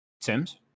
Sims